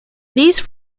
these